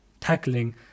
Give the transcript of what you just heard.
tackling